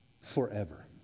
forever